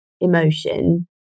emotion